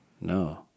No